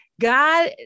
God